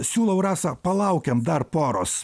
siūlau rasa palaukiam dar poros